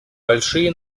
большие